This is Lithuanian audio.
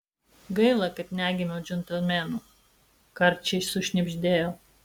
gaila kad negimiau džentelmenu karčiai sušnibždėjo